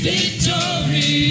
Victory